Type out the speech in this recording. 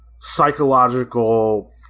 psychological